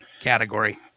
category